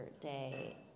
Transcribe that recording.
day